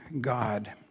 God